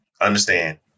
understand